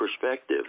perspective